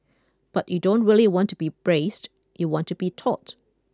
but you don't really want to be braced you want to be taut